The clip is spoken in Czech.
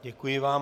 Děkuji vám.